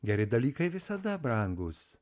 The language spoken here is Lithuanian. geri dalykai visada brangūs